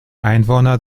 einwohner